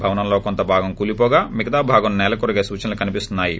భవనంలో కొంత భాగం కూలిపోగా మిగతా భాగం నెలకొరిగే సూచనలు కనిపిస్తున్నా యి